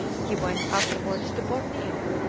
he went afterwards to borneo,